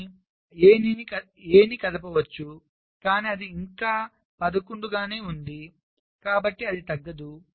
కానీ A నీ కదపవచ్చు కానీ అది ఇంకా 11 గా ఉంది కాబట్టి అది తగ్గదు